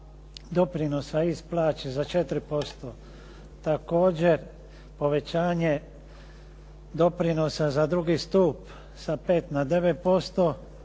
doprinosa iz plaće za 4%. Također povećanje doprinosa za drugi stup sa 5 na 9%,